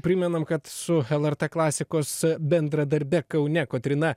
primenam kad su lrt klasikos bendradarbe kaune kotryna